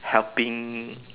helping